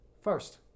First